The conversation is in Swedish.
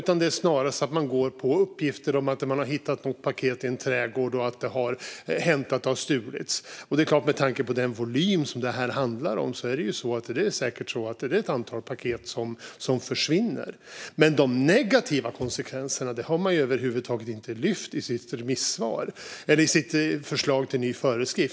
Man går snarare på uppgifter om att någon har hittat ett paket i en trädgård och att det har hänt att något stulits. Med tanke på de volymer det handlar om har säkert ett antal paket försvunnit. Men de negativa konsekvenserna har man över huvud taget inte lyft upp i sitt förslag till ny förskrift.